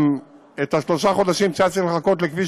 גם שלושת החודשים שהיה צריך לחכות לכביש